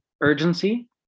urgency